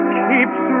keeps